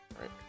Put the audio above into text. right